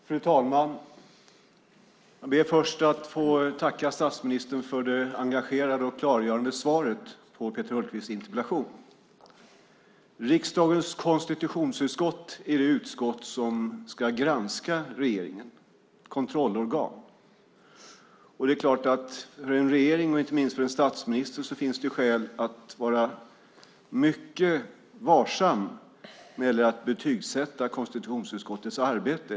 Fru talman! Jag ber först att få tacka statsministern för det engagerade och klargörande svaret på Peter Hultqvists interpellation. Riksdagens konstitutionsutskott är det utskott som ska granska regeringen och ett kontrollorgan. För regeringen och inte minst för en statsminister finns det skäl att vara mycket varsam när det gäller att betygssätta konstitutionsutskottets arbete.